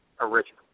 original